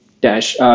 dash